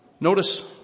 Notice